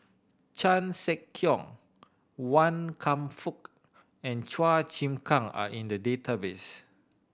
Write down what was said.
Chan Sek Keong Wan Kam Fook and Chua Chim Kang are in the database